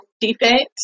defense